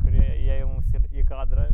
kuri įėjo mums į į kadrą